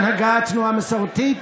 הנהגת התנועה המסורתית.